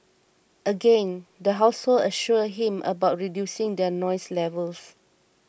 again the household assured him about reducing their noise levels